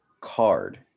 card